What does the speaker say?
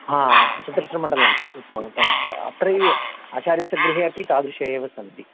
हा चतुरस्रमण्डलमस्ति उत्तमम् उत्तमम् अत्रैव आचार्यस्य गृहे अपि तादृशः एव सन्ति